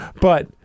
But-